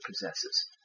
possesses